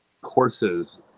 courses